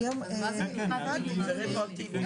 כן רטרואקטיבי,